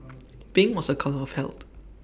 pink was A colour of health